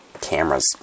cameras